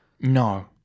No